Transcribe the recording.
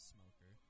Smoker